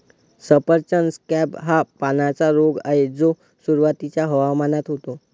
सफरचंद स्कॅब हा पानांचा रोग आहे जो सुरुवातीच्या हवामानात होतो